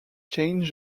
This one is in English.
changed